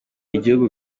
igihugu